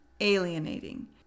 alienating